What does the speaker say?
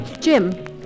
Jim